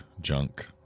Junk